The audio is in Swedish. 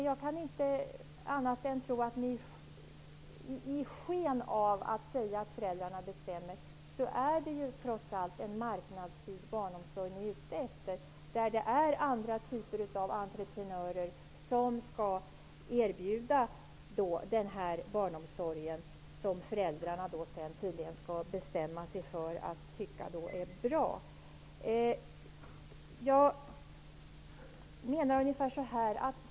Jag kan inte annat tro än att ni i sken av påståendet att det är föräldrarna som bestämmer är det trots att en marknadsstyrd barnomsorg som ni är ute efter, en typ av barnomsorg med andra typer av entreprenörer som skall erbjuda den barnomsorg som föräldrarna tydligen skall bestämma sig för och tycka är bra.